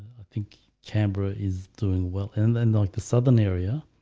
think canberra is doing well. and then like the southern area.